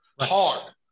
hard